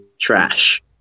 trash